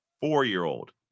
four-year-old